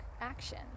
action